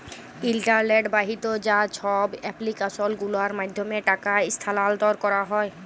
ইলটারলেট বাহিত যা ছব এপ্লিক্যাসল গুলার মাধ্যমে টাকা ইস্থালাল্তর ক্যারা হ্যয়